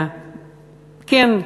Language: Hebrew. כן,